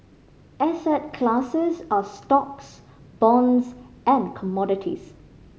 asset classes are stocks bonds and commodities